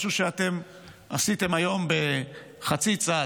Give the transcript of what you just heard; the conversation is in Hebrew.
משהו שאתם עשיתם היום בחצי צעד,